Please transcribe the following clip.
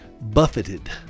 buffeted